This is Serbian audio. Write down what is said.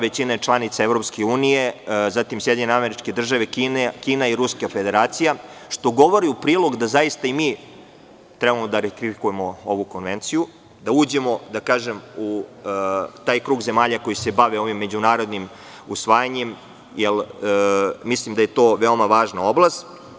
Većina je članica EU, zatim SAD, Kina i Ruska Federacija, što govori u prilog da zaista i mi trebamo da ratifikujemo ovu Konvenciju, da uđemo u taj krug zemalja koji se bavi ovim međunarodnim usvajanjem, jer mislim da je to veoma važna oblast.